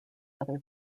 other